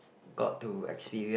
got to experience